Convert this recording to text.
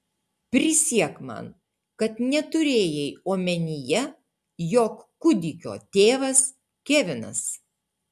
prisiek man kad neturėjai omenyje jog kūdikio tėvas kevinas